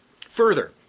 Further